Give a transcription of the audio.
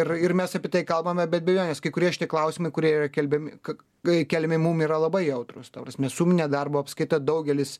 ir ir mes apie tai kalbame bet bejonės kai kurie klausimai kurie yra kelbiami kak kai keliami mum yra labai jautrūs ta prasme suminė darbo apskaita daugelis